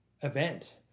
event